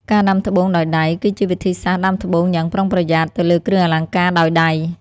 ការដាំត្បូងដោយដៃ គឺជាវិធីសាស្ត្រដាំត្បូងយ៉ាងប្រុងប្រយ័ត្នទៅលើគ្រឿងអលង្ការដោយដៃ។